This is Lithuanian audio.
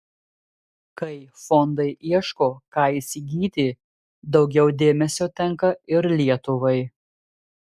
kai fondai ieško ką įsigyti daugiau dėmesio tenka ir lietuvai